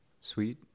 Sweet